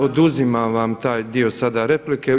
Oduzimam vam taj dio sada replike.